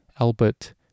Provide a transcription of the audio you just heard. Albert